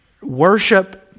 worship